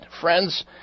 friends